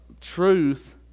Truth